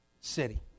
city